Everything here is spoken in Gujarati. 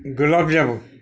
ગુલાબ જાંબુ